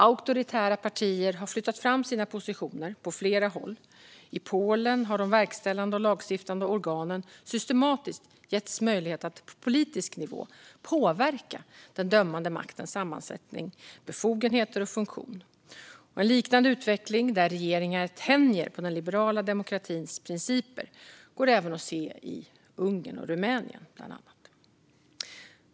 Auktoritära partier har flyttat fram sina positioner på flera håll i Europa. I Polen har de verkställande och lagstiftande organen systematiskt getts möjlighet att på politisk nivå påverka den dömande maktens sammansättning, befogenheter och funktion. En liknande utveckling, där regeringar tänjer på den liberala demokratins principer, går även att se i bland annat Ungern och Rumänien.